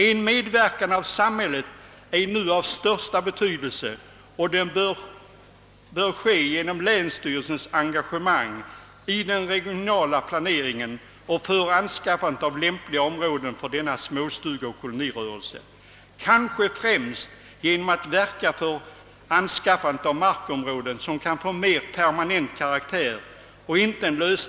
En medverkan av samhället är nu mycket betydelsefull, och den bör äga rum genom länsstyrelsens engagemang i den regionala planeringen och vid anskaffande av lämpliga områden för småstugeoch kolonirörelsen och kanske främst genom att verka för anskaffandet av markområden som kan få mer permanent karaktär.